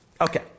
Okay